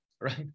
right